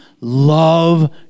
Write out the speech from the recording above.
love